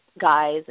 guys